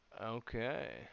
Okay